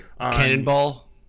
Cannonball